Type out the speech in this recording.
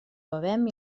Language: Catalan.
bevem